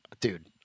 dude